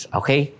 okay